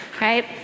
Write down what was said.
right